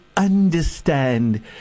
Understand